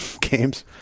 games